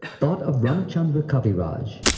thought of ramchandra kaviraj.